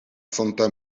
santa